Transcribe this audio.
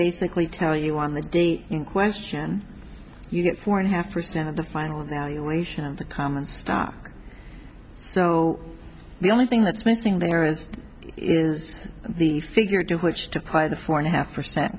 basically tell you on the question you get four and a half percent of the final evaluation of the commons so the only thing that's missing there is is the figure to which to play the four and a half percent